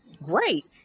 great